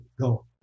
go